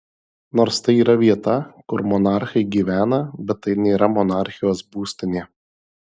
nors tai yra vieta kur monarchai gyvena bet tai nėra monarchijos būstinė